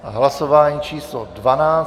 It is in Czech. Hlasování číslo 12.